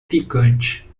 picante